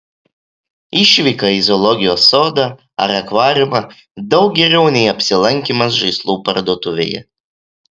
išvyka į zoologijos sodą ar akvariumą daug geriau nei apsilankymas žaislų parduotuvėje